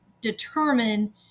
determine